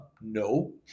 No